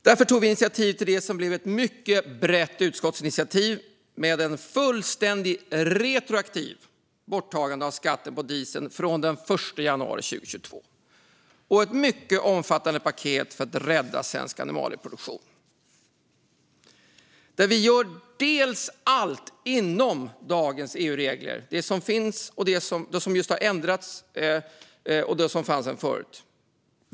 Därför har vi lagt fram ett förslag, som nu har blivit ett mycket brett utskottsinitiativ, på ett fullständigt retroaktivt borttagande av skatten på diesel från den 1 januari 2022 samt ett mycket omfattande paket för att rädda svensk animalieproduktion. Vi gör allt inom dagens EU-regler, det vill säga det som har ändrats och det som fanns sedan tidigare.